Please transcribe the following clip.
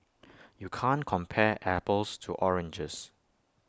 you can't compare apples to oranges